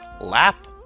lap